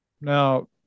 Now